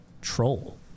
troll